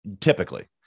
typically